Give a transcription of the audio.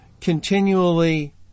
continually